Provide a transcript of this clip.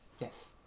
Yes